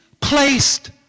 placed